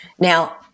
Now